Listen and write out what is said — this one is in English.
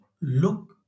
look